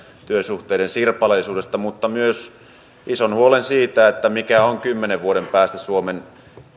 työsuhteiden sirpaleisuudesta mutta myös ison huolen siitä mikä on kymmenen vuoden päästä suomen